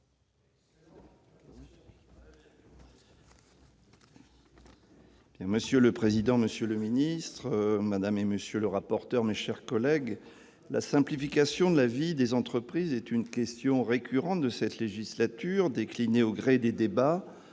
Monsieur le président, monsieur le secrétaire d'État, mes chers collègues, la simplification de la vie des entreprises est une question récurrente de cette législature. Déclinée au gré des débats-